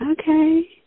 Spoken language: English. Okay